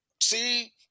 see